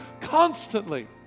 constantly